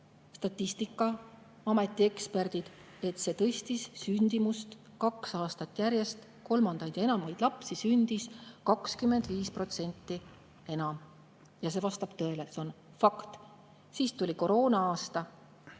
Statistikaameti eksperdid, et see tõstis sündimust kaks aastat järjest. Kolmandaid ja enamaid lapsi sündis 25% enam. See vastab tõele, see on fakt. Siis tuli koroona-aasta,